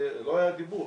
לא היה דיבור,